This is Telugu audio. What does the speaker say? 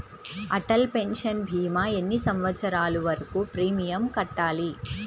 అటల్ పెన్షన్ భీమా ఎన్ని సంవత్సరాలు వరకు ప్రీమియం కట్టాలి?